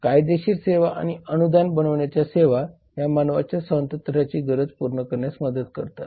कायदेशीर सेवा आणि अनुदान बनवण्याच्या सेवा या मानवाच्या स्वातंत्र्याची गरज पूर्ण करण्यास मदत करतात